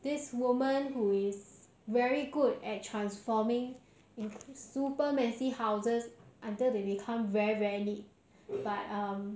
this woman who is very good at transforming super messy houses until they become very very neat but um